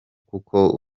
kuko